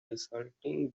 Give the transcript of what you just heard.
resulting